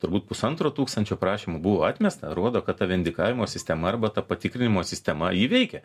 turbūt pusantro tūkstančio prašymų buvo atmesta rodo kad indikavimo sistema arba ta patikrinimo sistema ji veikia